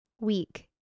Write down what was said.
week